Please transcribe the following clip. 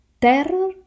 terror